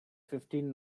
fifteen